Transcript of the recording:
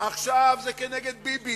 עכשיו זה כנגד ביבי.